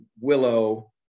Willow